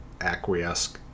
acquiesce